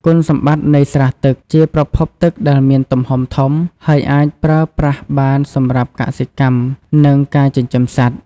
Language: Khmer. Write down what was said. គុណសម្បត្តិនៃស្រះទឹក ជាប្រភពទឹកដែលមានទំហំធំ ហើយអាចប្រើប្រាស់បានសម្រាប់កសិកម្ម និងការចិញ្ចឹមសត្វ។